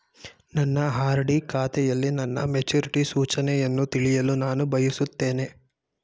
ನನ್ನ ಆರ್.ಡಿ ಖಾತೆಯಲ್ಲಿ ನನ್ನ ಮೆಚುರಿಟಿ ಸೂಚನೆಯನ್ನು ತಿಳಿಯಲು ನಾನು ಬಯಸುತ್ತೇನೆ